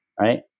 Right